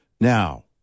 Now